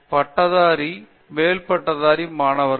பேராசிரியர் பிரதாப் ஹரிதாஸ் பட்டதாரி மேல் பட்டதாரி மாணவர்கள்